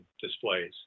displays